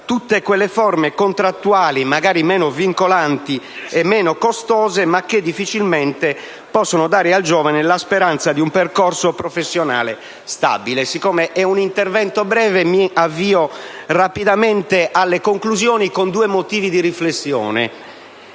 tutte quelle forme contrattuali, magari meno vincolanti e meno costose, ma che difficilmente possono dare al giovane la speranza di un percorso professionale stabile. Mi avvio rapidamente alle conclusioni, con due motivi di riflessione.